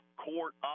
court